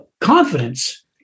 confidence